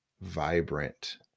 vibrant